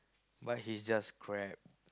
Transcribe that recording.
but he's just crap